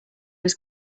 was